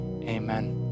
Amen